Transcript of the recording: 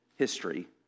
history